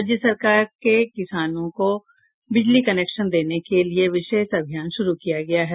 राज्य के किसानों के बिजली कनेक्शन देने के लिये विशेष अभियान शुरू किया गया है